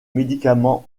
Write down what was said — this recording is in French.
médicaments